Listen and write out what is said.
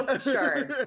sure